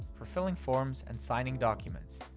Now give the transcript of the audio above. for filling forms, and signing documents.